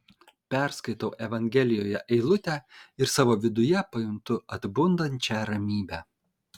perskaitau evangelijoje eilutę ir savo viduje pajuntu atbundančią ramybę